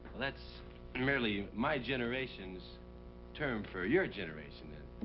that's merely my generation's term for your generation. and